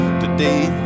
today